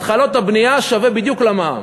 התחלות הבנייה, שווה בדיוק למע"מ.